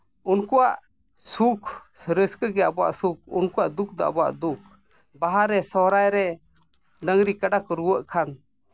ᱩᱱᱠᱩᱣᱟᱜ ᱥᱩᱠ ᱨᱟᱹᱥᱠᱟᱹᱜᱮ ᱟᱵᱚᱣᱟᱜ ᱥᱩᱠᱷ ᱩᱱᱠᱩᱣᱟᱜ ᱫᱩᱠᱷ ᱫᱚ ᱟᱵᱚᱣᱟᱜ ᱫᱩᱠᱷ ᱵᱟᱦᱟᱨᱮ ᱥᱚᱦᱚᱨᱟᱭ ᱨᱮ ᱰᱟᱝᱨᱤ ᱠᱟᱰᱟ ᱠᱚ ᱨᱩᱣᱟᱹᱜ ᱠᱷᱟᱱ